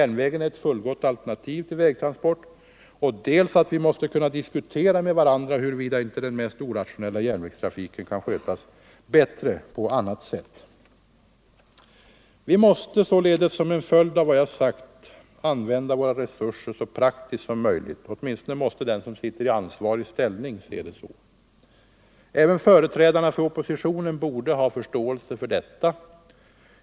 nedläggningen är ett fullgott alternativ till vägtransporter, dels att vi måste kunna dis — av olönsam kutera med varandra huruvida inte det transportarbete som utförs av järnvägstrafik, den mest orationella järnvägstrafiken kan skötas bättre av andra trans = Jm.m. portmedel. Vi måste använda våra resurser så praktiskt som möjligt — åtminstone måste den som sitter i ansvarig ställning se det så. Även företrädarna för oppositionen borde ha förståelse för detta.